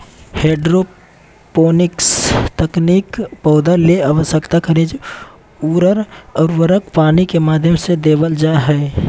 hydroponics तकनीक पौधा ले आवश्यक खनिज अउर उर्वरक पानी के माध्यम से देवल जा हई